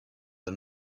the